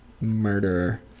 murderer